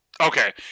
Okay